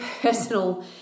personal